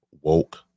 woke